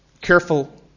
careful